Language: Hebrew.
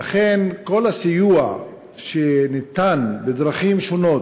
לכן כל הסיוע שניתן, בדרכים שונות,